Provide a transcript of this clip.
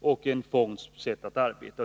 och en fonds sätt att arbeta.